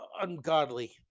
ungodly